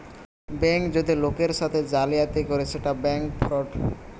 bank যদি লোকের সাথে জালিয়াতি করে সেটা ব্যাঙ্ক ফ্রড